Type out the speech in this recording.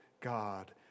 God